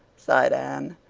sighed anne.